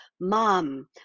mom